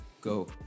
go